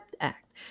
Act